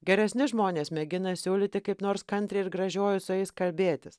geresni žmonės mėgina siūlyti kaip nors kantriai ir gražiuoju su jais kalbėtis